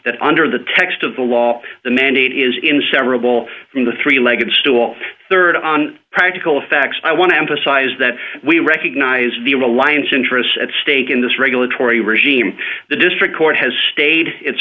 that under the text of the law the mandate is in several from the three legged stool rd on practical effects i want to emphasize that we recognize the alliance interests at stake in this regulatory regime the district court has stated it